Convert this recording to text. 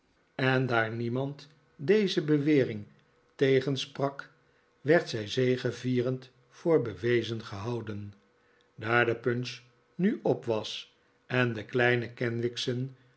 en daar niemand deze bewenikolaas nickleby ring tegensprak werd zij zegevierend voor bewezen gehouden daar de punch nu op was en de kleine kenwigs'en